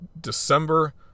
december